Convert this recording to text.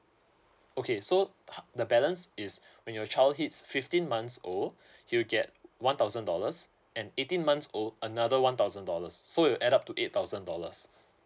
okay so the balance is when your child hits fifteen months old he'll get one thousand dollars and eighteen months old another one thousand dollars so it'll add up to eight thousand dollars